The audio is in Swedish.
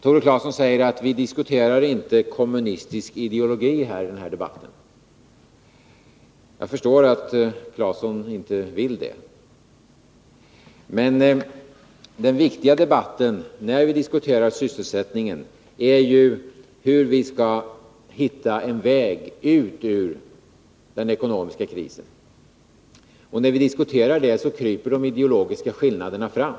Tore Claeson säger att vi inte diskuterar kommunistisk ideologi i den här debatten. Jag förstår att Tore Claeson inte vill göra det. Men det viktiga i debatten om sysselsättningen är ändå hur vi skall hitta en väg ut ur den ekonomiska krisen. När vi diskuterar detta kryper de ideologiska skillnaderna fram.